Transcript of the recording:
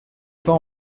pas